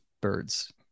birds